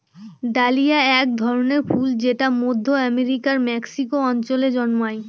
dahlia এক ধরনের ফুল যেটা মধ্য আমেরিকার মেক্সিকো অঞ্চলে জন্মায়